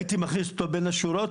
הייתי מכניס אותו בין השורות,